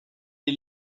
est